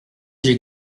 j’ai